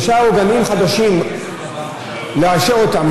שלושה עוגנים חדשים, לאשר אותם.